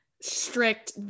strict